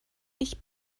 ich